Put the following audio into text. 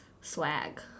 Swag